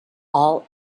all